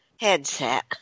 headset